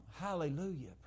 Hallelujah